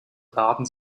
daten